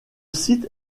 site